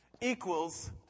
equals